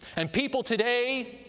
and people today,